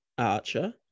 Archer